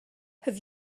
have